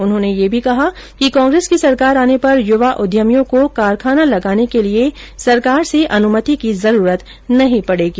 उन्होंने यह भी कहा कि कांग्रेस की सरकार आने पर युवा उद्यमियों को कारखाना लगाने के लिये सरकार से अनुमति की जरूरत नहीं पडेगी